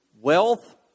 Wealth